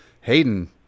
Hayden